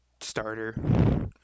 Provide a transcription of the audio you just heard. starter